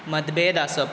मतभेद आसप